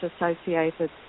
associated